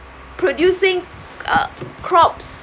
producing uh crops